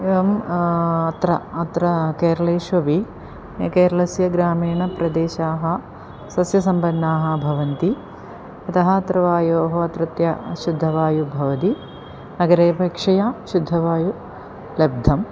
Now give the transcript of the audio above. एवम् अत्र अत्र केरलेषु अपि केरलस्य ग्रामीणप्रदेशाः सस्यसम्पन्नाः भवन्ति अतः अत्र वायोः अत्रत्य शुद्धवायुः भवति नगरपेक्षया शुद्धवायुः लब्धः